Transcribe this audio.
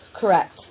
Correct